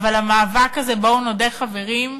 אבל המאבק הזה, בואו נודה, חברים,